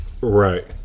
Right